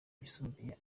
yisumbuye